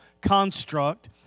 construct